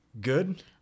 good